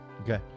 Okay